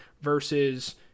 versus